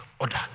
order